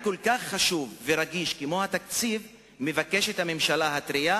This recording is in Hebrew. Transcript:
כל כך חשוב ורגיש כמו התקציב מבקשת הממשלה הטרייה